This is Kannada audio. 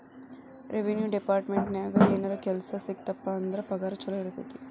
ರೆವೆನ್ಯೂ ಡೆಪಾರ್ಟ್ಮೆಂಟ್ನ್ಯಾಗ ಏನರ ಕೆಲ್ಸ ಸಿಕ್ತಪ ಅಂದ್ರ ಪಗಾರ ಚೊಲೋ ಇರತೈತಿ